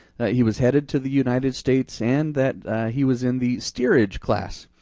he was headed to the united states and that he was in the steerage class.